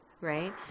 Right